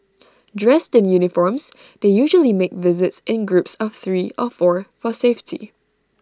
dressed in uniforms they usually make visits in groups of three of four for safety